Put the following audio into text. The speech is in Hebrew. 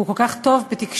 הוא כל כך טוב בתקשורת.